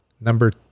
Number